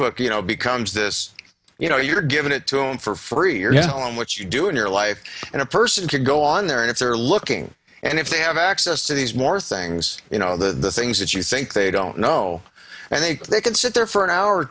facebook you know becomes this you know you're giving it to him for free you're going on what you do in your life and a person can go on there and if they're looking and if they have access to these more things you know the things that you think they don't know i think they can sit there for an hour or